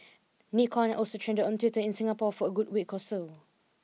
Nikon also trended on Twitter in Singapore for a good week or so